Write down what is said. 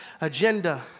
agenda